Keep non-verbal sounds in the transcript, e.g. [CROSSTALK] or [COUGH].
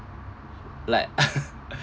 like [LAUGHS]